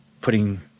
putting